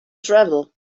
travel